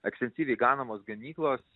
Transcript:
ekstensyviai ganomos ganyklos